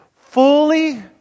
fully